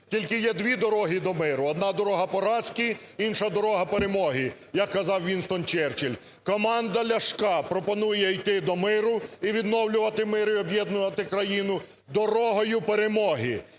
тільки є дві дороги до миру: одна дорога поразки, інша дорога перемоги, як казав Вінстон Черчилль. Команда Ляшка пропонує йти до миру і відновлювати мир, і об'єднувати країну дорогою перемоги,